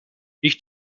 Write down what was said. ich